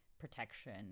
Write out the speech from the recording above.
protection